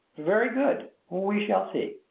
very good! we shall see.